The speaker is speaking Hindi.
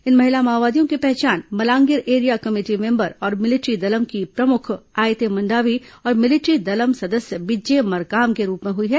इन महिला माओवादियों की पहचान मलांगिर एरिया कमेटी मेम्बर और मिलिट्री दलम की प्रमुख आयते मंडावी और मिलिट्री दलम सदस्य बिज्जे मरकाम के रूप में हुई है